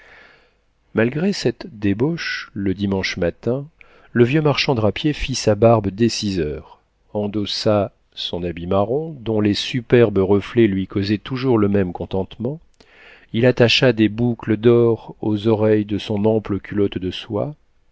malgré cette débauche le dimanche matin le vieux marchand drapier fit sa barbe dès six heures endossa son habit marron dont les superbes reflets lui causaient toujours le même contentement il attacha les boucles d'or aux oreilles de son ample culotte de soie